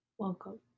Welcome